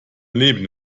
leben